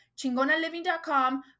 Chingonaliving.com